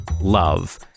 love